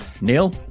neil